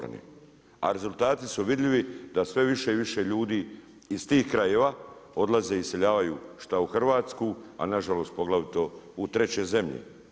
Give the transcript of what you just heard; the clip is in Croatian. A rezultati su vidljivi da sve više i više ljudi iz tih krajeva odlaze i iseljavaju šta u Hrvatsku, a nažalost poglavito u treće zemlje.